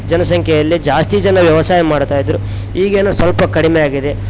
ಜನಸಂಖ್ಯೆಯಲ್ಲಿ ಜಾಸ್ತಿ ಜನ ವ್ಯವಸಾಯ ಮಾಡ್ತಾ ಇದ್ದರು ಈಗೇನು ಸ್ವಲ್ಪ ಕಡಿಮೆ ಆಗಿದೆ